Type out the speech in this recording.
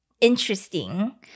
interesting